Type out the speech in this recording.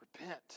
Repent